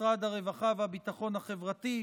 משרד הרווחה והביטחון החברתי,